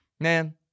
Man